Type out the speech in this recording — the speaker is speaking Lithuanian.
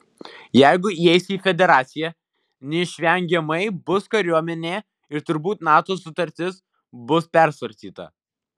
jeigu įeis į federaciją neišvengiamai bus kariuomenė ir turbūt nato sutartis bus persvarstyta